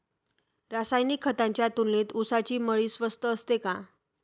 रासायनिक खतांच्या तुलनेत ऊसाची मळी स्वस्त असते का?